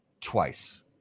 twice